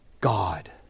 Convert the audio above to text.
God